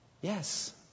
Yes